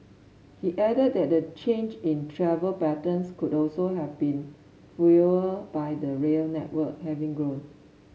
he added that the change in travel patterns could also have been fuelled by the rail network having grown